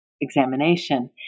examination